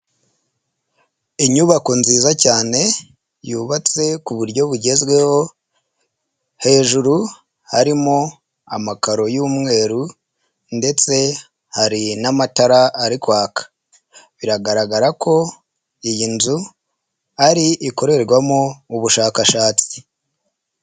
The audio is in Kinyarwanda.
Inyubako nziza cyane yubatse ku buryo bugezweho, hejuru harimo amakaro y'umweru ndetse hari n'amatara ari kwaka. Biragaragara ko iyi nzu ari ikorerwamo ubushakashatsi.